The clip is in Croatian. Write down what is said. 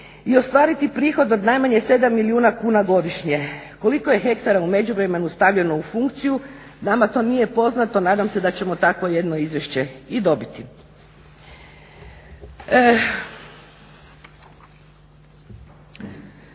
i ostvariti prihod od najmanje 7 milijuna kuna godišnje. Koliko je hektara u međuvremenu stavljeno u funkciju nama to nije poznato, nadam se da ćemo takvo jedno izvješće i dobiti. Kakav